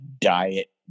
diet